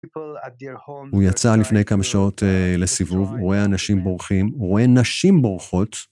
הוא יצא לפני כמה שעות לסיבוב, הוא רואה אנשים בורחים, הוא רואה נשים בורחות.